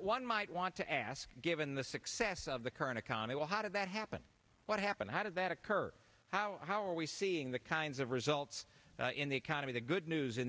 one might want to ask given the success of the current economy well how did that happen what happened how did that occur how how are we seeing the kinds of results in the economy the good news in the